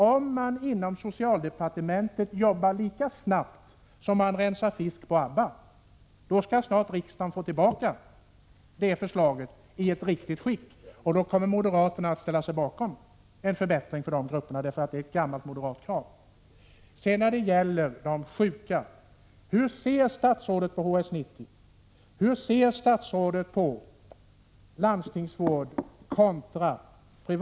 Om man inom socialdepartementet jobbar lika snabbt som de som rensar fisk på Abba, får riksdagen snart tillbaka förslaget i ett bättre skick, och då kommer moderaterna att ställa sig bakom en förbättring för dessa grupper. Det är ett gammalt moderat krav.